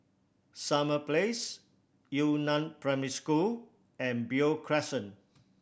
Summer Place Yu Neng Primary School and Beo Crescent